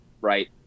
right